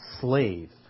slave